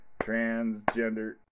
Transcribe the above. Transgender